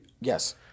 Yes